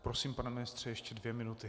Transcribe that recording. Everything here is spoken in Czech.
Prosím, pane ministře, ještě dvě minuty.